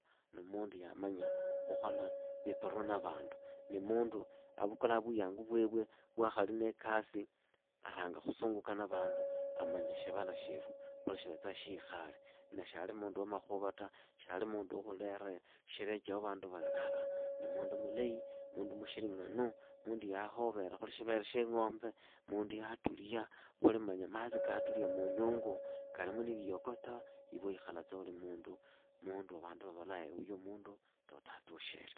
Ni mundu yamanya khukhola viparua na vandu. Ni mundu avukulaa vuyangu vwevwe vwaakhali niikasi aranga khusunguka na vandu. amanya shivala shyeru khuli shikhale. Shyali mundu wa makhuva ta, shyali mundu wa khulera shireche wa vandu vali ah, ni mundu wamanya khukhola viparua na vandu. Ni mundu mulahi mundu yahuvera khuli shivere shiingombe, mundu yaatulia khuli matsi katulia munyungu. kalimu na liyoko ta. iwe waikhalatsa uli mundu wa vandu vavola huyu mundu atushire.